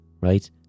right